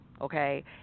okay